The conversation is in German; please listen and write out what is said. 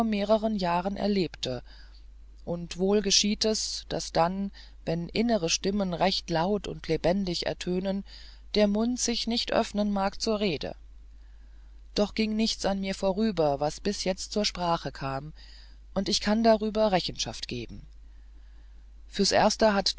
mehreren jahren erlebte und wohl geschieht es daß dann wenn innere stimmen recht laut und lebendig ertönen der mund sich nicht öffnen mag zur rede doch ging nichts an mir vorüber was bis jetzt zur sprache kam und ich kann darüber rechenschaft geben fürs erste hat